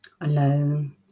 Alone